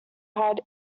hide